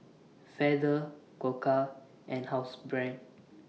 Feather Koka and Housebrand